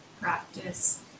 practice